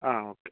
ആ ഓക്കെ